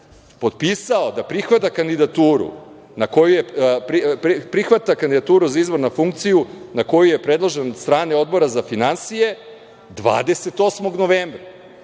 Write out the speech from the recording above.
potpisao da prihvata kandidaturu za izbor na funkciju na koju je predložen od strane Odbora za finansije 28. novembra.